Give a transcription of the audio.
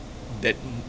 that